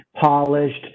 polished